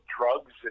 drugs